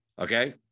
Okay